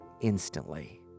instantly